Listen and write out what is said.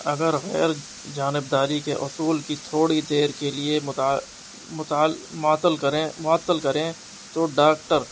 اگر غیر جانبداری کے اصول کی تھوڑی دیر کے لیے معطل کریں معطل کریں تو ڈاکٹر